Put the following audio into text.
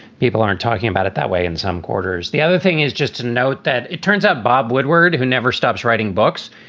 people aren't talking about it that way in some quarters. the other thing is just to note that it turns out bob woodward, who never stops writing books,